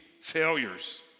failures